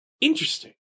Interesting